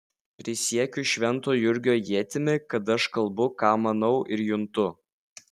prisiekiu švento jurgio ietimi kad aš kalbu ką manau ir juntu